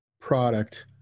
product